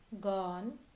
gone